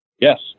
Yes